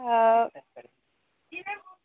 वह